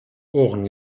ohren